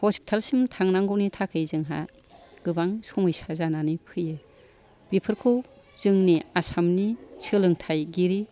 hospital सिम थांनांगौनि थाखाय जोंहा गोबां समैसा जानानै फैयो बेफोरखौ जोंनि आसामनि सोलोंथाइगिरि